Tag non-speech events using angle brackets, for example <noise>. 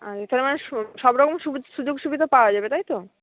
আচ্ছা তার মানে <unintelligible> সবরকম সুযোগ সুবিধা পাওয়া যাবে তাই তো